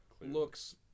Looks